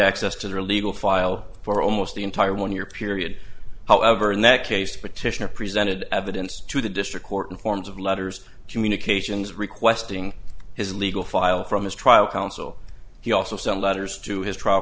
access to the legal file for almost the entire one year period however in that case petitioner presented evidence to the district court and forms of letters communications requesting his legal file from his trial counsel he also some letters to his trial